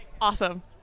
Awesome